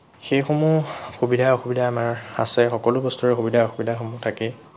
সেইসমূহ সুবিধা অসুবিধা আমাৰ আছে সকলো বস্তুৰে সুবিধা অসুবিধাসমূহ থাকে